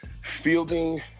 fielding